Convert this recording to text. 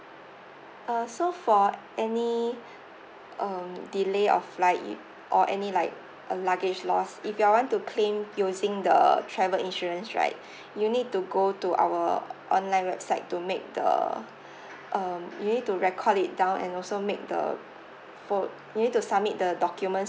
uh so for any um delay of flight or any like a luggage lost if your want to claim using the travel insurance right you need to go to our online website to make the um you need to record it down and also make the for you need to submit the documents